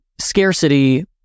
scarcity